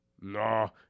No